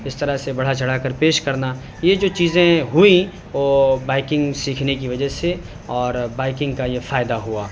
اس طرح سے بڑھا چڑھا کر پیش کرنا یہ جو چیزیں ہوئیں وہ بائکنگ سیکھنے کی وجہ سے اور بائکنگ کا یہ فائدہ ہوا